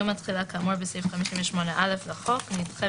יום התחילה כאמור בסעיף 58(א) לחוק נדחה